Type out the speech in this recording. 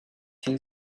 two